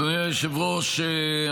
אדוני היושב-ראש,